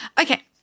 okay